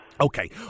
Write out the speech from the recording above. Okay